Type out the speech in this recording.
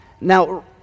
Now